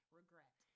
regret